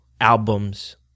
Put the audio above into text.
albums